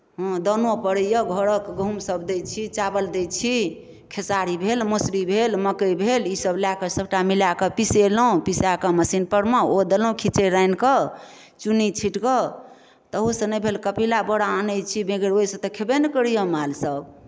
हँ दानो पड़ैए घरक गहुमसभ दै छी चावल दै छी खेसारी भेल मसुरी भेल मक्कइ भेल ईसभ लए कऽ सभटा मिलाए कऽ पिसेलहुँ पिसाए कऽ मशीनपर मे ओ देलहुँ खिचड़ि रान्हि कऽ चुन्नी छीट कऽ तहुसँ नहि भेल कपिला बोरा आनैत छी बगैर ओहिसँ तऽ खेबे नहि करैए मालसभ